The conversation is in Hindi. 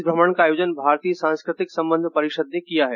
इस भ्रमण का आयोजन भारतीय सांस्कृतिक सम्बन्ध परिषद ने किया है